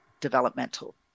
developmental